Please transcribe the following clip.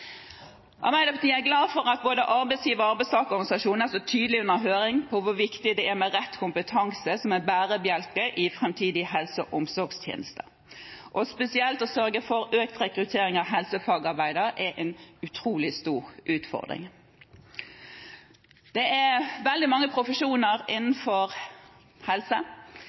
Arbeiderpartiet er glad for at både arbeidsgiver- og arbeidstakerorganisasjonene under høring var så tydelig på hvor viktig det er med rett kompetanse som en bærebjelke i framtidig helse- og omsorgstjeneste, og spesielt er det å sørge for økt rekruttering av helsefagarbeidere en utrolig stor utfordring. Det er veldig mange profesjoner innenfor helse,